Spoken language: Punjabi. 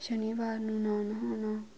ਸ਼ਨੀਵਾਰ ਨੂੰ ਨਾ ਨਹਾਉਣਾ